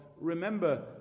remember